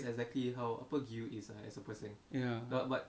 ya